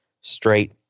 straight